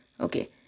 Okay